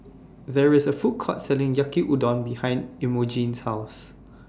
There IS A Food Court Selling Yaki Udon behind Imogene's House